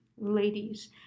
ladies